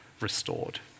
restored